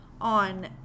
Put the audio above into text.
on